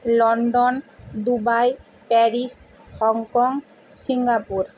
London Dubai Paris Hong Kong Singapore